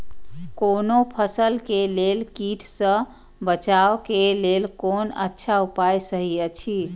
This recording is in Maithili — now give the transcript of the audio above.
कोनो फसल के लेल कीट सँ बचाव के लेल कोन अच्छा उपाय सहि अछि?